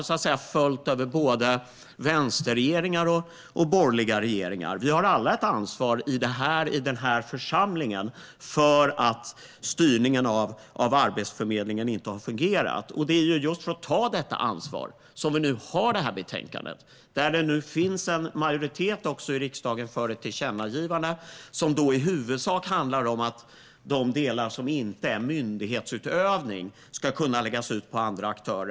Både vänsterregeringar och borgerliga regeringar samt vi i den här församlingen har alla ett ansvar för att styrningen av Arbetsförmedlingen inte har fungerat. Och det är just för att ta detta ansvar som vi nu har detta betänkande. Det finns också en majoritet i riksdagen för ett tillkännagivande, som i huvudsak handlar om att de delar som inte utgör myndighetsutövning ska kunna läggas ut på andra aktörer.